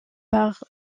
par